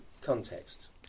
context